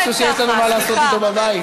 משהו שיש לנו מה לעשות אתו בבית.